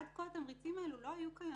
עד כה התמריצים האלה לא היו קיימים.